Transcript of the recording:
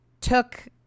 took